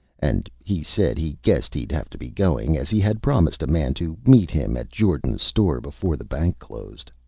and he said he guessed he'd have to be going, as he had promised a man to meet him at jordan's store before the bank closed.